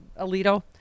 Alito